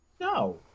No